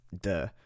duh